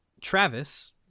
Travis